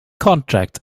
contract